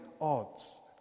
odds